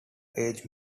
age